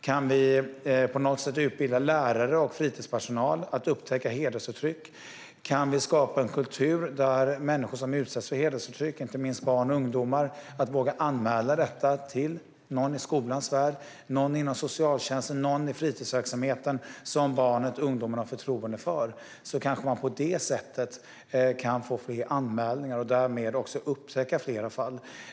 Kan vi på något sätt utbilda lärare och fritidspersonal i att upptäcka hedersförtryck och kan vi skapa en kultur där människor som utsätts för hedersförtryck, inte minst barn och ungdomar, vågar anmäla detta till någon som barnet eller ungdomen har förtroende för i skolans värld, inom socialtjänsten eller i fritidsverksamheten kanske man på det sättet kan få fler anmälningar och därmed också upptäcka fler fall.